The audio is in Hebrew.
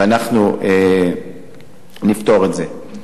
ואנחנו נפתור את זה.